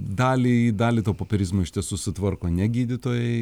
dalį dalį to popierizmo iš tiesų sutvarko ne gydytojai